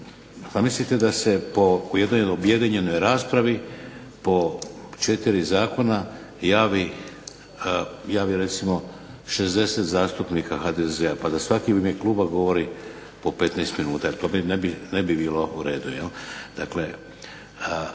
što mislite da se u jednoj objedinjenoj raspravi po četiri zakona javi recimo 60 zastupnika HDZ-a pa da svaki u ime kluba govori po 15 minuta, to ne bi bilo u redu.